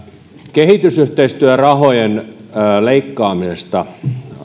kehitysyhteistyörahojen leikkaamisesta